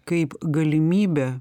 kaip galimybę